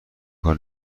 کار